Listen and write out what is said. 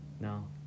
No